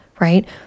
right